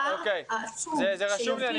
הפער העצום ש- -- ג.